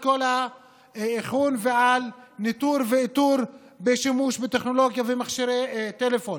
על כל האיכון והניטור והאיתור בשימוש בטכנולוגיה במכשירי טלפון,